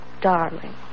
Darling